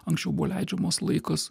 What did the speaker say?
anksčiau buvo leidžiamas laikas